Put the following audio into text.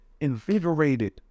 invigorated